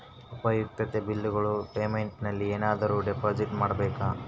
ಉಪಯುಕ್ತತೆ ಬಿಲ್ಲುಗಳ ಪೇಮೆಂಟ್ ನಲ್ಲಿ ಏನಾದರೂ ಡಿಪಾಸಿಟ್ ಮಾಡಬೇಕಾ?